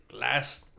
last